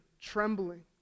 trembling